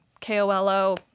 KOLO